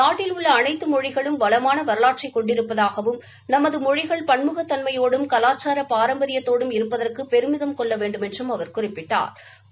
நாட்டில் உள்ள அனைத்து மொழிகளும் வளமான வரலாற்றை கொண்டிருப்பதாகவும் நமது மொழிகள் பன்முகத் தன்மையோடும் கவாச்சார பாரம்பரியத்தோடும் இருப்பதற்கு பெருமிதம் கொள்ள வேண்டுமென்று அவர் குறிப்பிட்டா்